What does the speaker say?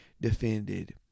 defended